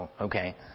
Okay